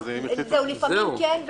בואו נשאיר את זה כאן.